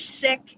sick